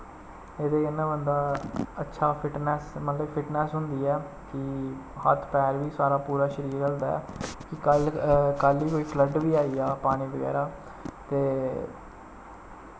एह्दे कन्नै बंदा अच्छा फिटनेस मतलब फिटनेस होंदी ऐ कि हत्थ पैर बी सारा पूरा शरीर हिलदा ऐ कि कल कल गी कोई फ्लड बी आई जा पानी बगैरा ते